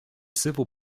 civil